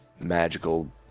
Magical